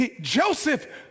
Joseph